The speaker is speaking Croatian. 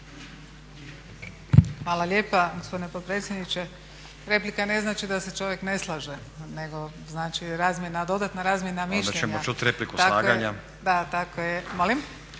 Hvala lijepa gospodine potpredsjedniče. Replika ne znači da se čovjek ne slaže, nego znači razmjena, dodatna razmjena mišljenja. …/Upadica Stazić: Onda ćemo čuti repliku slaganja./… Da, tako je. Molim?